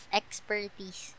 expertise